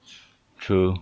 true